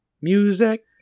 Music